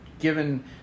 given